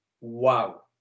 wow